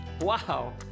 Wow